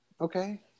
Okay